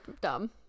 dumb